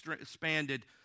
expanded